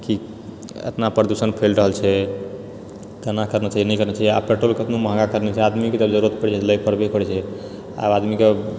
कि एतना प्रदुषण फैल रहल छै केना करना चाही नहि करना चाही आब पेट्रोल कतनो महगा करने छै आदमीके जरुरत पड़बे करै छै आब आदमीके